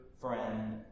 friend